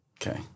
okay